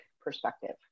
perspective